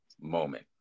moment